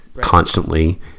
constantly